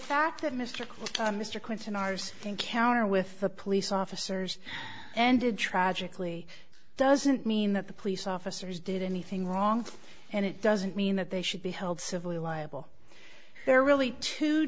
fact that mr mr clinton ours thank our with the police officers ended tragically doesn't mean that the police officers did anything wrong and it doesn't mean that they should be held civilly liable there are really two